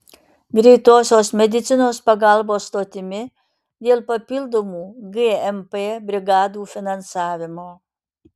greitosios medicinos pagalbos stotimi dėl papildomų gmp brigadų finansavimo